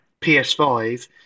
PS5